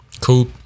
cool